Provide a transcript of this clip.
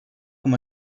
com